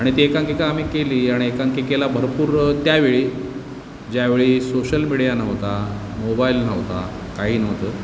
आणि ती एकांकिका आम्ही केली आणि एकांकिकेला भरपूर त्यावेळी ज्यावेळी सोशल मिडिया नव्हता मोबाईल नव्हता काहीही नव्हतं